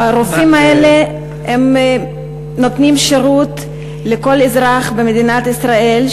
הרופאים האלה נותנים שירות לכל אזרח במדינת ישראל,